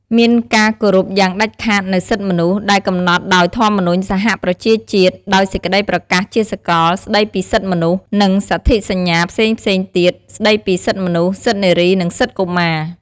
មានការគោរពយ៉ាងដាច់ខាតនូវសិទ្ធិមនុស្ស ដែលកំណត់ដោយធម្មនុញ្ញសហប្រជាជាតិ ដោយសេចក្តីប្រកាសជាសកល ស្តីពីសិទ្ធិមនុស្ស និងសន្ធិសញ្ញាផ្សេងៗទៀត ស្តីពីសិទ្ធិមនុស្ស សិទ្ធិនារី និងសិទ្ធិកុមារ។